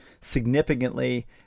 significantly